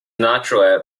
natural